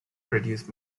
produced